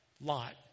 Lot